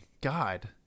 God